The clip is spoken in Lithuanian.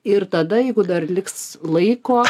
ir tada jeigu dar liks laiko